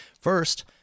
first